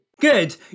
Good